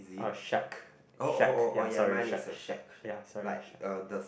oh shack shack ya sorry shack shack ya sorry shack